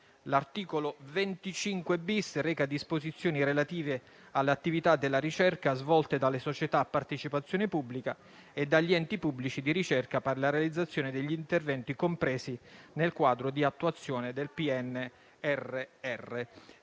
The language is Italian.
L'articolo 25-*bis* reca disposizioni relative alle attività della ricerca svolte dalle società a partecipazione pubblica e dagli enti pubblici di ricerca per la realizzazione degli interventi compresi nel quadro di attuazione del PNRR.